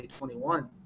2021